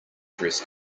dress